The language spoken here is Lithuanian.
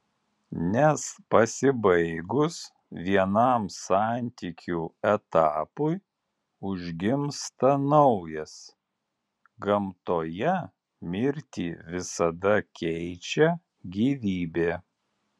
nes pasibaigus vienam santykių etapui užgimsta naujas gamtoje mirtį visada keičia gyvybė